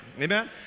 Amen